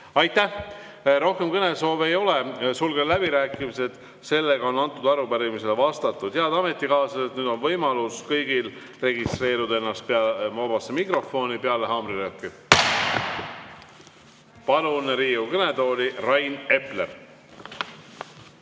Aitäh! Rohkem kõnesoove ei ole. Sulgen läbirääkimised. Sellega on arupärimisele vastatud. Head ametikaaslased, nüüd on võimalus kõigil registreerida ennast vabasse mikrofoni peale haamrilööki. Palun Riigikogu kõnetooli Rain Epleri.